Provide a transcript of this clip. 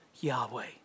Yahweh